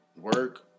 Work